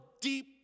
deep